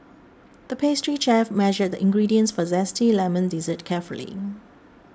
the pastry chef measured the ingredients for a Zesty Lemon Dessert carefully